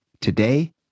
Today